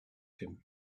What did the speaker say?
him